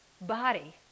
body